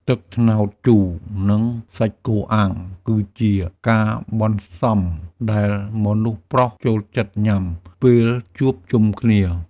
ទឹកត្នោតជូរ និងសាច់គោអាំង គឺជាការបន្សំដែលមនុស្សប្រុសចូលចិត្តញ៉ាំពេលជួបជុំគ្នា។